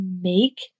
make